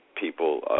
people